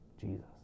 Jesus